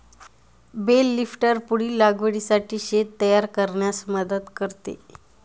bell lifter पुढील लागवडीसाठी शेत तयार करण्यास मदत करते